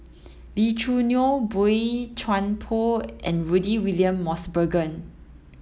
Lee Choo Neo Boey Chuan Poh and Rudy William Mosbergen